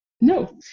No